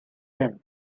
him